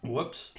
Whoops